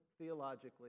theologically